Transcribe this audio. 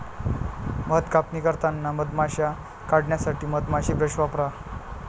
मध कापणी करताना मधमाश्या काढण्यासाठी मधमाशी ब्रश वापरा